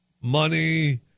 money